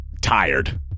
Tired